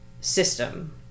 system